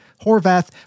Horvath